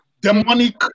demonic